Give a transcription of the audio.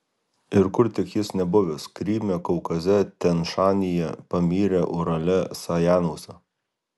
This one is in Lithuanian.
ir kur tik jis nebuvęs kryme kaukaze tian šanyje pamyre urale sajanuose